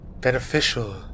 beneficial